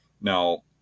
Now